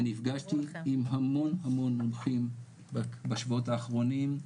ונפגשתי עם המון המון מומחים בשבועות האחרונים,